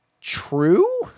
true